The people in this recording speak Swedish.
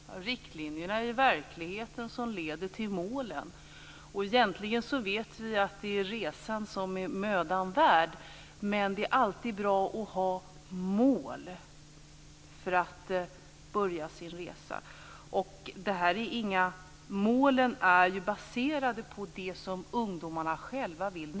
Herr talman! Riktlinjerna är verkligheten som leder till målen. Egentligen vet vi att det är resan som är mödan värd. Men det är alltid bra att ha mål när man börjar sin resa. Målen är baserade på det som ungdomarna själva vill.